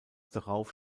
darauf